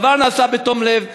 הדבר נעשה בתום לב.